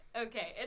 okay